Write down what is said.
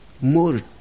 More